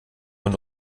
und